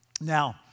Now